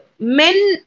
Men